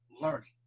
learning